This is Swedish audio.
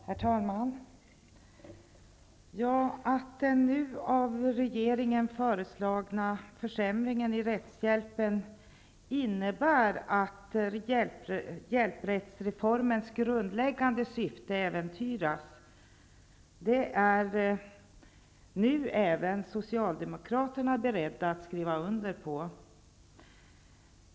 Herr talman! Att den av regeringen nu föreslagna försämringen i rättshjälpen skulle innebära att rättshjälpsreformens grundläggande syfte äventyras är nu även Socialdemokraterna beredda att skriva under på.